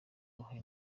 uruhare